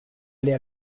aller